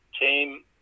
team